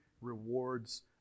rewards